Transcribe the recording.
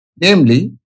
namely